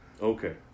Okay